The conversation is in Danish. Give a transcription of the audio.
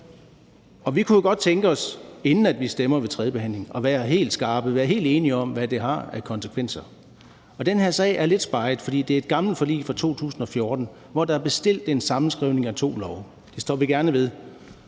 Vi kunne jo godt tænke os, inden vi stemmer ved tredjebehandlingen, at være helt skarpe og være helt enige om, hvad det har af konsekvenser. Og den her sag er lidt speget, for det er et gammelt forlig fra 2014, hvor der er bestilt en sammenskrivning af to love. Det står vi gerne ved.